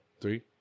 three